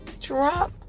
drop